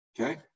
Okay